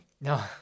No